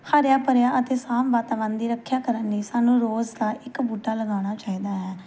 ਹਰਿਆ ਭਰਿਆ ਅਤੇ ਸਾਫ਼ ਵਾਤਾਵਰਨ ਦੀ ਰੱਖਿਆ ਕਰਨ ਲਈ ਸਾਨੂੰ ਰੋਜ਼ ਦਾ ਇੱਕ ਬੂਟਾ ਲਗਾਉਣਾ ਚਾਹੀਦਾ ਹੈ